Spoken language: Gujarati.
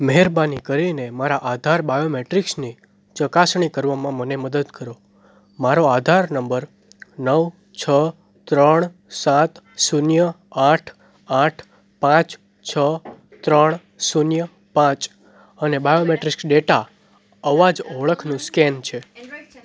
મહેરબાની કરીને મારા આધાર બાયોમેટ્રિક્સની ચકાસણી કરવામાં મને મદદ કરો મારો આધાર નંબર નવ છ ત્રણ સાત શૂન્ય આઠ આઠ પાંચ છ ત્રણ શૂન્ય પાંચ અને બાયોમેટ્રિક્સ ડેટા અવાજ ઓળખનું સ્કેન છે